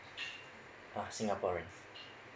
uh singaporean